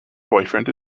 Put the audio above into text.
boyfriend